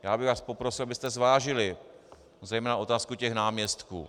Já bych vás poprosil, abyste zvážili zejména otázku těch náměstků.